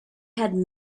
had